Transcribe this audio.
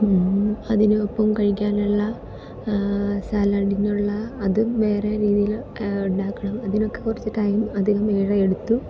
അതിനൊപ്പം കഴിക്കാനുള്ള സാലഡിനുള്ള അതും വേറെ രീതിയിൽ ഉണ്ടാക്കണം അതിനൊക്കെ കുറച്ച് ടൈം അധികം ഏറെ എടുത്തു